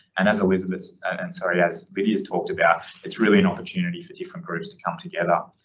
and as elizabeth and sorry, as lydia's talked about, it's really an opportunity for different groups to come together.